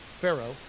pharaoh